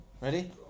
Ready